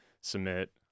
submit